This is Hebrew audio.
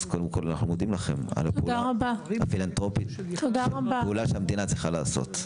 אז קודם אנחנו מודים לכם על הפעולה הפילנתרופית שהמדינה צריכה לעשות.